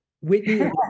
Whitney